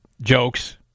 jokes